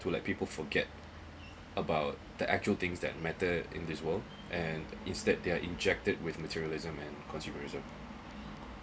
to like people forget about the actual things that matter in this world and instead they're injected with materialism and consumerism